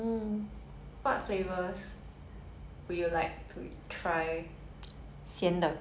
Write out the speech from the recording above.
fla~ okay what what ingredients do I have to specify ingredients